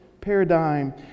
paradigm